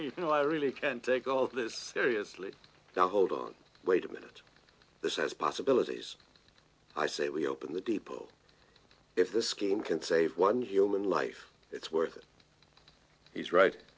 you know i really can't take all this seriously now hold on wait a minute this says possibilities i say we open the depot if the scheme can save one human life it's worth it he's right